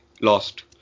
lost